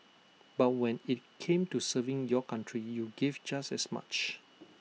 but when IT came to serving your country you gave just as much